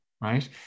right